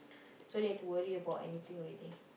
so don't have to worry bout anything already